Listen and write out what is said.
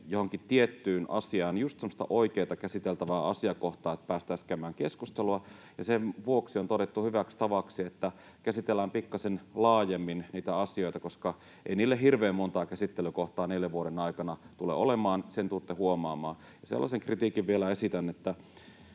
johonkin tiettyyn asiaan just semmoista oikeata käsiteltävää asiakohtaa, että päästäisiin käymään keskustelua, ja sen vuoksi on todettu hyväksi tavaksi, että käsitellään pikkasen laajemmin niitä asioita, koska ei niille hirveän montaa käsittelykohtaa neljän vuoden aikana tule olemaan, sen tulette huomaamaan. Ja sellaisen kritiikin vielä esitän,